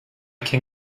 can